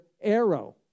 arrow